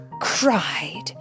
cried